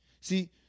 See